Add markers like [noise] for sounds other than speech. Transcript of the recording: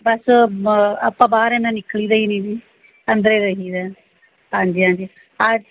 ਬਸ ਆਪਾਂ ਬਾਹਰ ਇੰਨਾ ਨਿੱਕਲੀ ਦਾ ਹੀ ਨਹੀਂ ਜੀ ਅੰਦਰ ਏ ਰਹੀਦਾ ਹਾਂਜੀ ਹਾਂਜੀ [unintelligible]